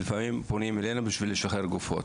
ולפעמים פונים אלינו בשביל לשחרר גופות.